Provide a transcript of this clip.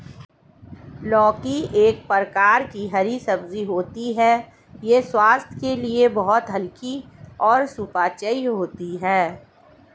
लौकी एक प्रकार की हरी सब्जी होती है यह स्वास्थ्य के लिए बहुत हल्की और सुपाच्य होती है